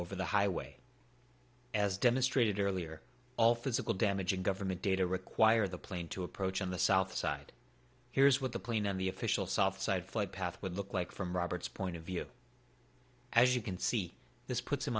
over the highway as demonstrated earlier all physical damage and government data require the plane to approach on the south side here's what the plane on the official soft side flight path would look like from robert's point of view as you can see this puts